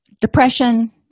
depression